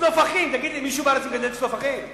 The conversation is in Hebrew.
זאת הגנה על המגדלים העיקריים שלנו.